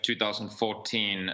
2014